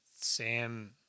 Sam